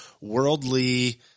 worldly